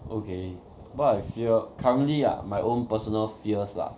okay what I fear currently lah my own personal fears lah